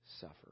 suffer